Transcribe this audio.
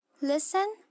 Listen